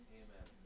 amen